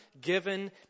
given